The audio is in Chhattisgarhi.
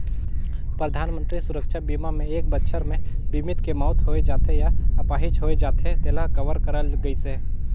परधानमंतरी सुरक्छा बीमा मे एक बछर मे बीमित के मउत होय जाथे य आपाहिज होए जाथे तेला कवर करल गइसे